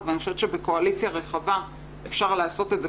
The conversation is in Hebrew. ואני חושבת שבקואליציה רחבה אפשר לעשות את זה,